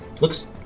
looks